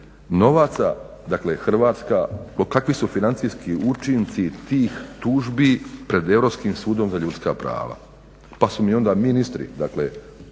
novaca dakle Hrvatska, kakvi su financijski učinci tih tužbi pred Europskim sudom za ljudska prava, pa su mi onda ministri